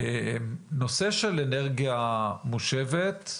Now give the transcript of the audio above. נושא של אנרגיה מושבת,